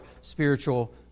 spiritual